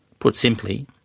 put simply,